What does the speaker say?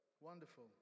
wonderful